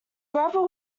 gravel